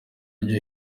ryo